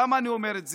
למה אני אומר את זה?